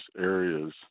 areas